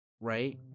Right